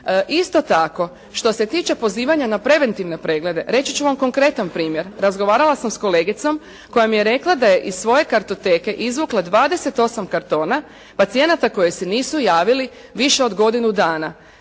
Isto tako, što se tiče pozivanja na preventivne preglede, reći ću vam konkretan primjer, razgovarala sam sa kolegicom koja mi je rekla da je iz svoje kartoteke izvukla 28 kartona pacijenata koji se nisu javili više od godinu dana,